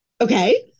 Okay